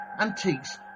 antiques